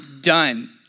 done